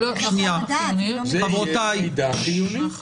זה יהיה מידע חיוני.